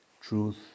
truth